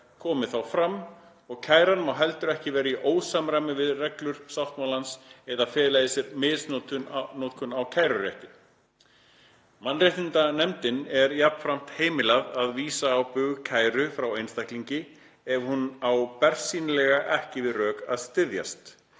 komi þá fram, og kæran má heldur ekki vera í ósamræmi við reglur sáttmálans eða fela í sér misnotkun á kærurétti. Mannréttindanefndinni er jafnframt heimilað að vísa þegar á bug kæru frá einstaklingi ef hún á bersýnilega ekki við rök að styðjast.